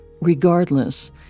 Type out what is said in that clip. Regardless